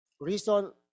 reason